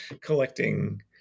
collecting